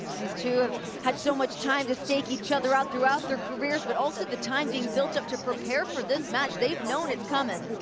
these two have had so much time to stake each other out throughout their careers but also the time being built up to prepare for this match, they've known it's coming.